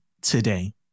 today